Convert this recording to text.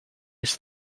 this